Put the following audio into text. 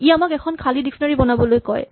ই আমাক এখন খালী ডিক্সনেৰী বনাবলৈ কয়